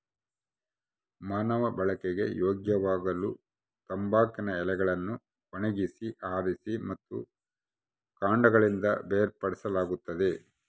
ಮಾನವ ಬಳಕೆಗೆ ಯೋಗ್ಯವಾಗಲುತಂಬಾಕಿನ ಎಲೆಗಳನ್ನು ಒಣಗಿಸಿ ಆರಿಸಿ ಮತ್ತು ಕಾಂಡಗಳಿಂದ ಬೇರ್ಪಡಿಸಲಾಗುತ್ತದೆ